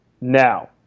now